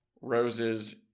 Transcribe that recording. roses